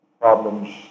problems